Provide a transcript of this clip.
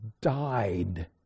died